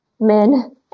men